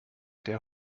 der